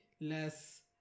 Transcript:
Less